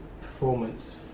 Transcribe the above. performance